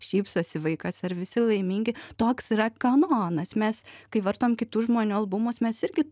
šypsosi vaikas ar visi laimingi toks yra kanonas mes kai vartom kitų žmonių albumus mes irgi